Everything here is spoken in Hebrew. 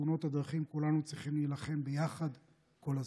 בתאונות הדרכים כולנו צריכים להילחם ביחד כל הזמן.